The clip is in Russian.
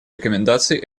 рекомендаций